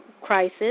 crisis